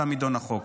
שם יידון החוק.